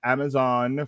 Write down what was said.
Amazon